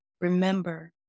Remember